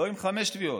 לא עם חמש תביעות,